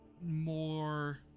more